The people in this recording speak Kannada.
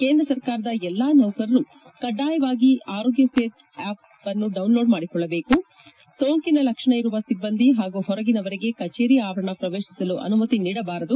ಕೇಂದ್ರ ಸರ್ಕಾರದ ಎಲ್ಲಾ ನೌಕರರು ಕಡ್ಡಾಯವಾಗಿ ಆರೋಗ್ಯ ಸೇತು ಆ್ವಪ್ಅನ್ನು ಡೌನ್ಲೋಡ್ ಮಾಡಿಕೊಳ್ಳಬೇಕು ಸೋಂಕಿನ ಲಕ್ಷಣ ಇರುವ ಸಿಬ್ಲಂದಿ ಮತ್ತು ಹೊರಗಿನವರಿಗೆ ಕಚೇರಿ ಆವರಣ ಪ್ರವೇಶಿಸಲು ಅನುಮತಿ ನೀಡಬಾರದು